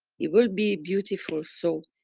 it will be beautiful, so